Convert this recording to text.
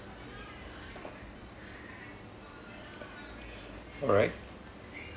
alright